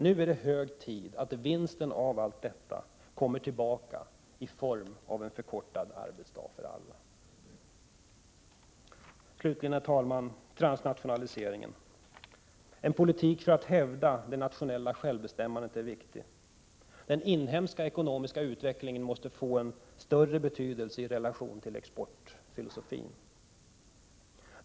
Nu är det hög tid att vinsten av allt detta kommer tillbaka i form av en förkortad arbetsdag för alla. Slutligen kommer jag, herr talman, till transnationaliseringen. En politik som hävdar det nationella självbestämmandet är viktig. Den inhemska ekonomiska utvecklingen måste få större betydelse i relation till exportfilosofin.